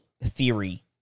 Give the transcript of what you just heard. theory